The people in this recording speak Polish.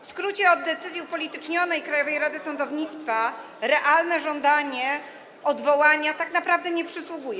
W skrócie: od decyzji upolitycznionej Krajowej Rady Sądownictwa realne żądanie odwołania tak naprawdę nie przysługuje.